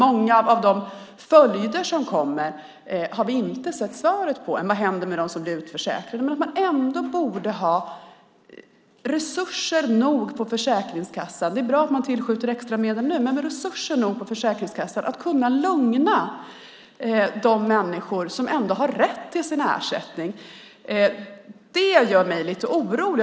Många av de följder som kommer har vi inte sett än, som vad som händer med de som blir utförsäkrade. Men man borde ha resurser nog på Försäkringskassan - det är bra att man tillskjuter extra medel nu - att kunna lugna de människor som ändå har rätt till sin ersättning. Det gör mig lite orolig.